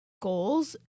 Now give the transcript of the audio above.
goals